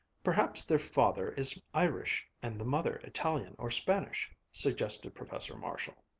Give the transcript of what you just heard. perhaps their father is irish and the mother italian or spanish, suggested professor marshall.